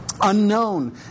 unknown